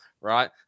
right